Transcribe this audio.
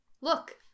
Look